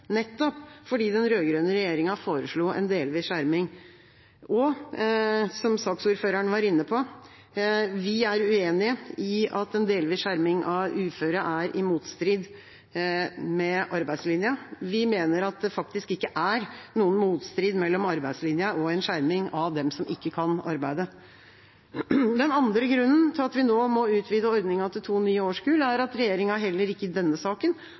nettopp fordi den rød-grønne regjeringa foreslo en delvis skjerming. Som saksordføreren var inne på, er vi uenig i at en delvis skjerming av uføre er i motstrid til arbeidslinja. Vi mener at det ikke er noen motstrid mellom arbeidslinja og en skjerming av dem som ikke kan arbeide. Den andre grunnen til at vi nå må utvide ordningen til to nye årskull, er at regjeringa heller ikke i denne saken